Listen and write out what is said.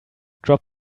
drop